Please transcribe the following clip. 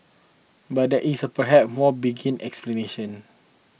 but there is perhaps more benign explanation